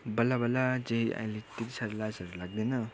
बल्ल बल्ल चाहिँ अहिले त्यति साह्रो लाजहरू लाग्दैन